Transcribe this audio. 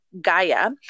Gaia